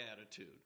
attitude